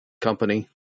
company